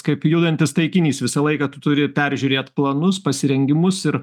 kaip judantis taikinys visą laiką tu turi peržiūrėt planus pasirengimus ir